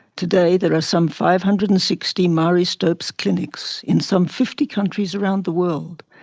today there are some five hundred and sixty marie stopes clinics in some fifty countries around the world,